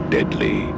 Deadly